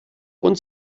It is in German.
uns